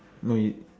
no you